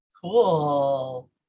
Cool